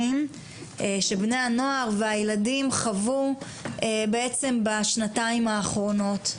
שבני הנוער והילדים חוו בעצם בשנתיים האחרונות.